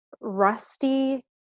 rusty